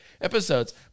Episodes